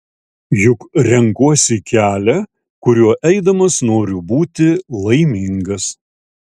juk renkuosi kelią kuriuo eidamas noriu būti laimingas